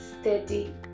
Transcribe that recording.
steady